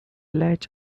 latch